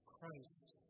Christ